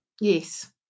yes